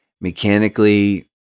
mechanically